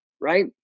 right